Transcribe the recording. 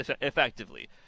effectively